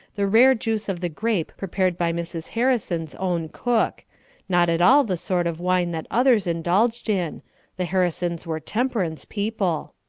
the rare juice of the grape prepared by mrs. harrison's own cook not at all the sort of wine that others indulged in the harrisons were temperance people.